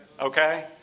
okay